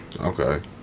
okay